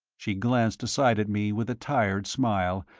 she glanced aside at me with a tired smile,